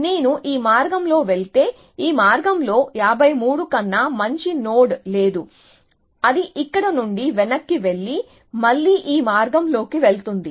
నేను ఈ మార్గంలోకి వెళితే ఈ మార్గంలో 53 కన్నా మంచి నోడ్ లేదు అది ఇక్కడ నుండి వెనక్కి వెళ్లి మళ్ళీ ఈ మార్గంలోకి వెళ్తుంది